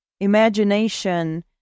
imagination